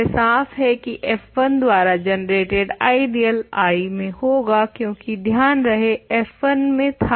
यह साफ़ है की f1 द्वारा जनरेटेड आइडियल I में होगा क्यूंकि ध्यान रहे f1 में था